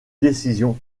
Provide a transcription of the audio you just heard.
décision